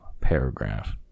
paragraph